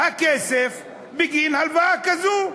הכסף בגין הלוואה כזאת.